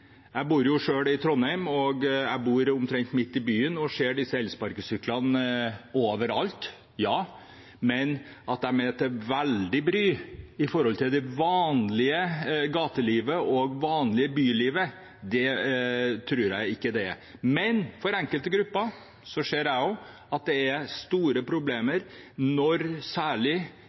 Jeg bor selv i Trondheim, jeg bor omtrent midt i byen og ser disse elsparkesyklene overalt. At de er veldig til bry i det vanlige gatelivet og det vanlige bylivet, tror jeg ikke. Men for enkelte grupper ser også jeg at det er store problemer, særlig når